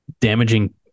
damaging